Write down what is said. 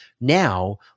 Now